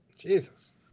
Jesus